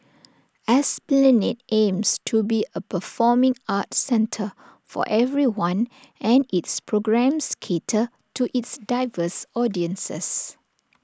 esplanade aims to be A performing arts centre for everyone and its programmes cater to its diverse audiences